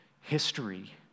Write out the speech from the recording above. history